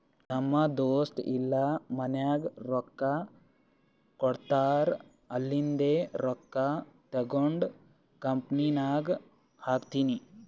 ನಮ್ ದೋಸ್ತ ಇಲ್ಲಾ ಮನ್ಯಾಗ್ ರೊಕ್ಕಾ ಕೊಡ್ತಾರ್ ಅಲ್ಲಿಂದೆ ರೊಕ್ಕಾ ತಗೊಂಡ್ ಕಂಪನಿನಾಗ್ ಹಾಕ್ತೀನಿ